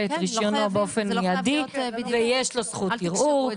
את רישיונו באופן מיידי ויש לו זכות ערעור,